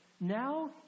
Now